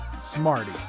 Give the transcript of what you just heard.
Smarty